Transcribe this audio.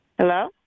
Hello